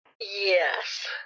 Yes